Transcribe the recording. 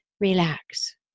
relax